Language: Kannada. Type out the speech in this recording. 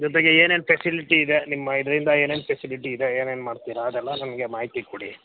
ಜೊತೆಗೆ ಏನೇನು ಫೆಸಿಲಿಟಿ ಇದೆ ನಿಮ್ಮ ಇದರಿಂದ ಏನೇನು ಫೆಸಿಲಿಟಿ ಇದೆ ಏನೇನು ಮಾಡ್ತೀರ ಅದೆಲ್ಲ ನಮಗೆ ಮಾಹಿತಿ ಕೊಡಿ